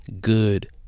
Good